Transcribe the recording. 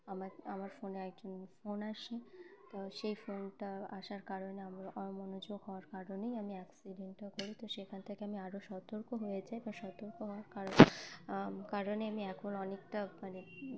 আমার আমার ফোনে একজন ফোন আসে তো সেই ফোনটা আসার কারণে আমার অমনোযোগ হওয়ার কারণেই আমি অ্যাক্সিডেন্টটা করি তো সেখান থেকে আমি আরও সতর্ক হয়ে যাই বা সতর্ক হওয়ার কারণ কারণে আমি এখন অনেকটা মানে